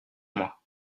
moi